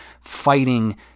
fighting